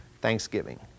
thanksgiving